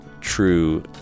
true